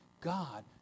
God